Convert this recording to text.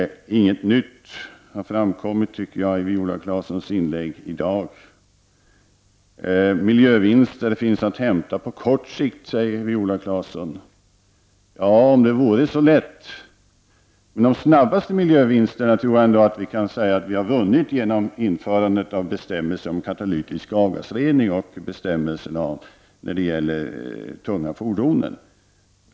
Inget nytt har framkommit i Viola Claessons inlägg i dag, tycker jag. Miljövinster finns att hämta på kort sikt, säger Viola Claesson. Om det vore så lätt! De snabbaste miljövinsterna, tror jag man kan säga att vi har vunnit genom införandet av bestämmelser om katalytisk avgasrening och bestämmelser när det gäller tunga fordon.